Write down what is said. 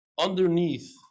underneath